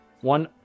One